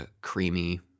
creamy